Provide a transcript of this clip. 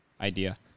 idea